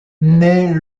naît